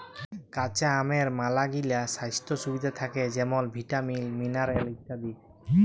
কাঁচা আমের ম্যালাগিলা স্বাইস্থ্য সুবিধা থ্যাকে যেমল ভিটামিল, মিলারেল ইত্যাদি